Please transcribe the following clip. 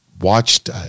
watched